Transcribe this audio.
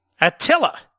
Attila